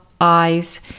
eyes